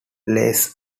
lace